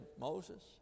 Moses